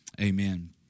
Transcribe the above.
Amen